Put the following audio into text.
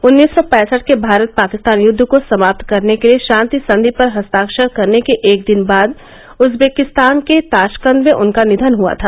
उन्नीस सौ पैंसठ के भारत पाकिस्तान युद्व को समात करने के लिए शांति संघि पर हस्ताक्षर करने के एक दिन बाद उज्वेकिस्तान के ताशकंद में उनका निधन हुआ था